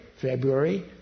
February